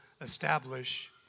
establish